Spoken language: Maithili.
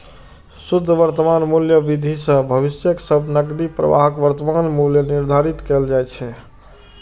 शुद्ध वर्तमान मूल्य विधि सं भविष्यक सब नकदी प्रवाहक वर्तमान मूल्य निर्धारित कैल जाइ छै